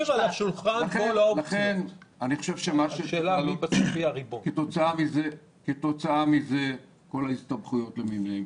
לכן אני חושב שכתוצאה מזה כל ההסתבכויות למיניהן,